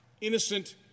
innocent